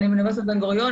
אני מאוניברסיטת בן גוריון,